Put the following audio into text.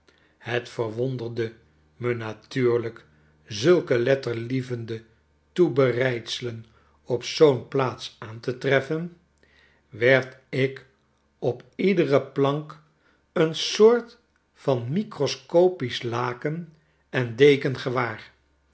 het verwonderde me natuurlijk zulke letterlievende toebereidselen op zoo'n plaats aan te treffen werd ik op iedere plank een soort van microscopisch laken en deken gewaar